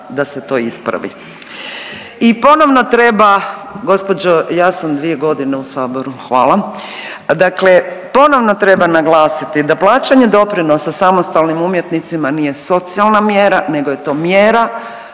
da se to ispravi. I ponovno treba, gospođo ja sam dvije godine u Saboru, hvala. Dakle, ponovno treba naglasiti da plaćanje doprinosa samostalnim umjetnicima nije socijalna mjera nego je to mjera